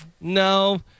No